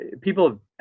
people